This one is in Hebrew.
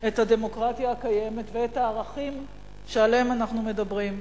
את הדמוקרטיה הקיימת ואת הערכים שעליהם אנחנו מדברים.